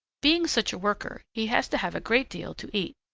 being such a worker, he has to have a great deal to eat.